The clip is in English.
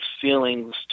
feelings